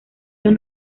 los